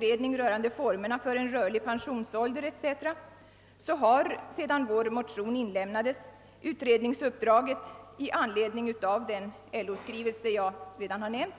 redning rörande formerna för en rörlig pensionsålder etc., har — sedan vår motion inlämnades — utredningsuppdraget i anledning av den LO-skrivelse jag nämnt